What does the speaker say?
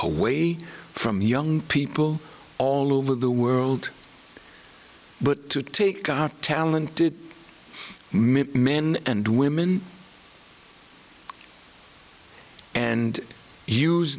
away from young people all over the world but to take out talented mit men and women and use